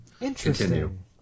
interesting